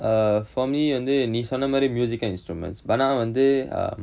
err for me வந்து நீ சொன்ன மாறி:vanthu nee sonna maari musical instruments but ஆனா வந்து:aana vanthu err